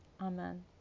Amen